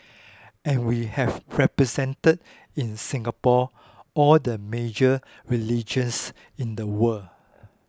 and we have represented in Singapore all the major religions in the world